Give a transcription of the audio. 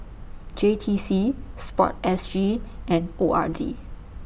J T C Sport S G and O R D